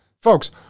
folks